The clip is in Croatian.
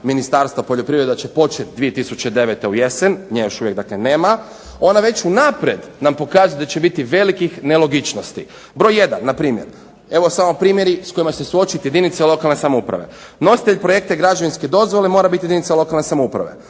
Ministarstva poljoprivrede da će početi 2009. ujesen, nje još uvijek dakle nema, ona već unaprijed nam pokazuje da će biti velikih nelogičnosti. Broj jedan, npr., evo samo primjeri s kojima se suočit jedinica lokalne samouprave. Nositelj projekta građevinske dozvole mora biti jedinica lokalne samouprave.